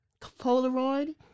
Polaroid